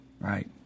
Right